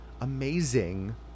amazing